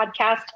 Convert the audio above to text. podcast